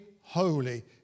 holy